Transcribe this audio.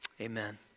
Amen